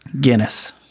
Guinness